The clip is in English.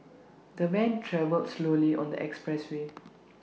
the van travelled slowly on the expressway